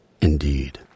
Indeed